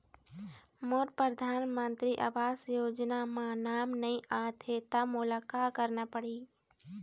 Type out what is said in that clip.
मोर परधानमंतरी आवास योजना म नाम नई आत हे त मोला का करना पड़ही?